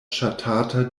ŝatata